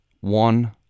One